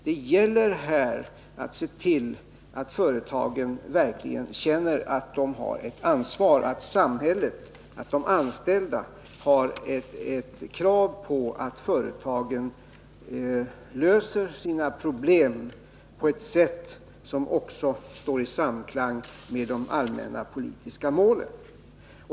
Det gäller att se till att företagen verkligen känner att de har ett ansvar, att samhället och de anställda har krav på att företagen löser sina problem på ett sätt som står i samklang med de allmänna politiska målen.